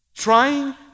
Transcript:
Trying